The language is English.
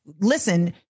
listen